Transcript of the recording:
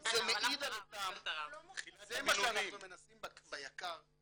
--- זה מעיד על --- זה מה שאנחנו מנסים ביק"ר,